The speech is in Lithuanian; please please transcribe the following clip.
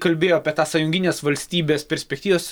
kalbėjo apie tą sąjunginės valstybės perspektyvios